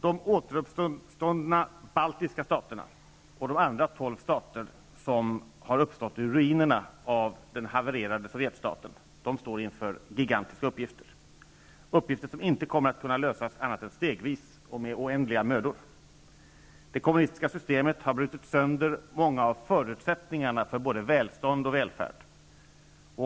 De återuppståndna baltiska staterna och de andra tolv stater som har uppstått ur ruinerna av den havererade sovjetstaten står inför gigantiska uppgifter, uppgifter som inte kommer att kunna lösas annat än stegvis och med oändliga mödor. Det kommunistiska systemet har brutit sönder många av förutsättningarna för både välstånd och välfärd.